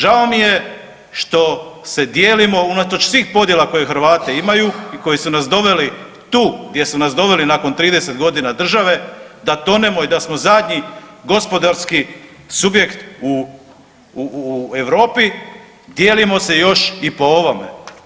Žao mi je što se dijelimo unatoč svih podjela koje Hrvati imaju i koji su nas doveli tu gdje su nas doveli nakon 30 godina države da tonemo i da smo zadnji gospodarski subjekt u Europi, dijelimo se još i po ovome.